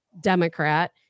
Democrat